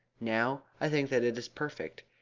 now i think that it is perfect.